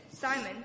Simon